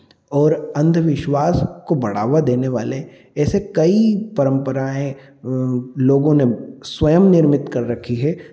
और अंधविश्वास को बढ़ावा देने वाले ऐसे कई परंपराएँ लोगों ने स्वयं निर्मित कर रखी है